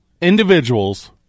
individuals